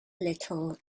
little